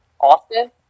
Austin